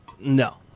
No